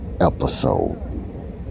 episode